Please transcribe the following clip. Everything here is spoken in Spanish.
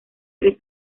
tres